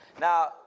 Now